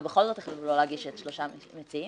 ובכל זאת החליטו לא להגיש שלושה מציעים.